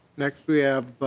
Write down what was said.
next we have but